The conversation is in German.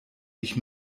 ich